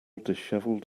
dishevelled